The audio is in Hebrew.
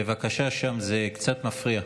בבקשה שם, זה קצת מפריע.